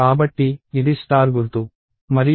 dereferencing ఆపరేటర్ని చూద్దాం